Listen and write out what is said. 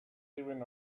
even